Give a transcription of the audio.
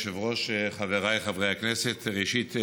אדוני היושב-ראש, חבריי חברי הכנסת, ראשית,